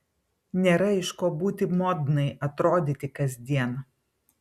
nėra iš ko būti modnai atrodyti kasdien